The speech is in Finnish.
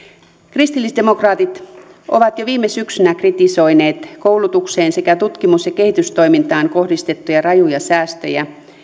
kristillisdemokraatit ovat jo viime syksynä kritisoineet koulutukseen sekä tutkimus ja kehitystoimintaan kohdistettuja rajuja säästöjä